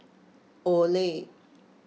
Olay